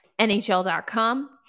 NHL.com